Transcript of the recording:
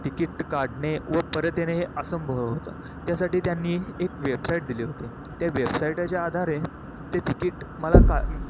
ticket काढणे व परत येणे हे असंभव होतं त्यासाठी त्यांनी एक वेबसाईट दिले होते त्या वेबसाईटच्या आधारे ते तिकीट मला का